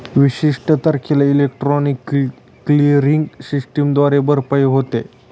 विशिष्ट तारखेला electronic clearing सिस्टमद्वारे भरपाई होते